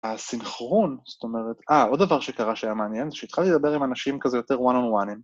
הסינכרון, זאת אומרת... אה, עוד דבר שקרה שהיה מעניין זה שהתחלתי לדבר עם אנשים כזה יותר one-on-one'ים.